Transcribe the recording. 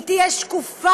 היא תהיה שקופה,